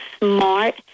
smart